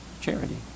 charity